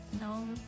No